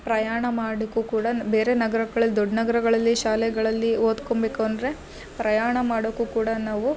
ಪ್ರಯಾಣ ಮಾಡಕ್ಕೂ ಕೂಡ ಬೇರೆ ನಗ್ರಗಳಲ್ಲಿ ದೊಡ್ಡ ನಗರಗಳಲ್ಲಿ ಶಾಲೆಗಳಲ್ಲಿ ಓದ್ಕೊಬೇಕು ಅಂದರೆ ಪ್ರಯಾಣ ಮಾಡಕ್ಕು ಕೂಡ ನಾವು